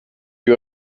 you